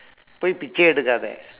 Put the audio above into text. போய் பிச்சை எடுக்காதே:pooi pichsai edukkaathee